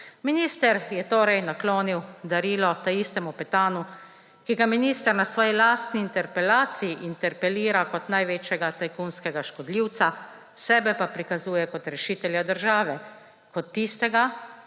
Minister je torej naklonil darilo taistemu Petanu, ki ga minister za svoji lastni interpelaciji interpelira kot največjega tajkunskega škodljivca, sebe pa prikazuje kot rešitelja države, kot tistega,